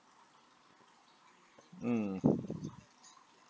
mm